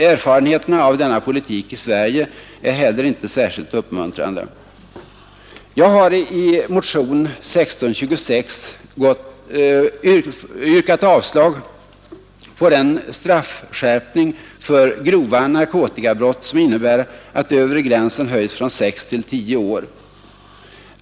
Erfarenheterna av denna politik i Sverige är heller inte särskilt uppmuntrande. Jag har i motionen 1626 yrkat avslag på den straffskärpning för grova narkotikabrott, som innebär att övre gränsen höjs från sex till tio år.